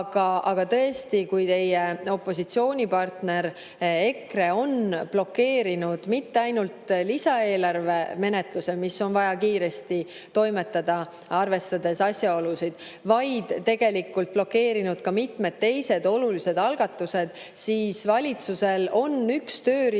aga tõesti, kui teie opositsioonipartner EKRE ei ole blokeerinud mitte ainult lisaeelarve menetlust, millega on vaja kiiresti toimetada, arvestades asjaolusid, vaid on blokeerinud ka mitmed teised olulised algatused, siis valitsusel on üks tööriist,